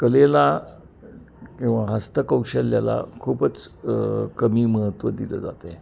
कलेला किंवा हस्तकौशल्याला खूपच कमी महत्त्व दिलं जात आहे